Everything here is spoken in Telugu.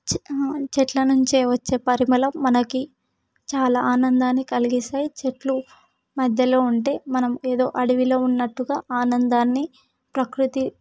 చెట్ల నుంచి వచ్చే పరిమళం మనకీ చాలా ఆనందాన్ని కలిగిస్తాయి చెట్ల మధ్యలో ఉంటే మనం ఏదో అడవిలో ఉన్నట్టుగా ఆనందాన్ని ప్రకృతి